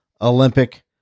Olympic